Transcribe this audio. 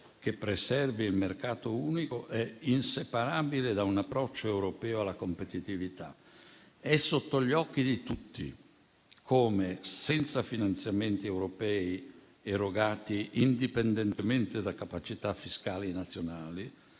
che preservi il mercato unico è inseparabile da un approccio europeo alla competitività; è sotto gli occhi di tutti come, senza finanziamenti europei erogati indipendentemente da capacità fiscali nazionali,